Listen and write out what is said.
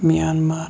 Myanmar